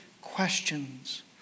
questions